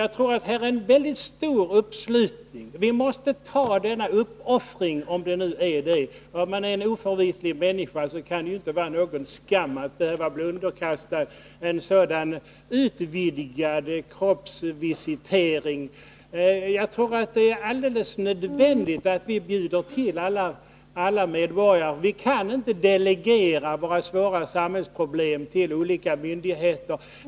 Jag tror att det här är fråga om en väldigt stor uppslutning. Vi måste göra denna uppoffring, om det nu är en sådan. Är man en oförvitlig människa, kan det inte vara någon skam att bli underkastad en sådan utvidgad kroppsvisitering. Jag tror att det är alldeles nödvändigt att alla medborgare bjuder till. Vi kan inte delegera våra svåra samhällsproblem till olika myndigheter.